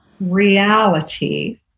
reality